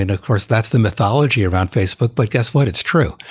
and of course, that's the mythology around facebook. but guess what? it's true.